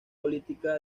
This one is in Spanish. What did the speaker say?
política